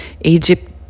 egypt